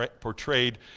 portrayed